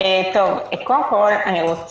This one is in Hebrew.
אני רק